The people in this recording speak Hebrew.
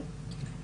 פה, לצערנו הרב.